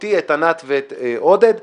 אותי את ענת ברקו ואת עודד פורר,